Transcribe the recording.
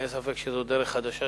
זו דרך חדשה,